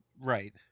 right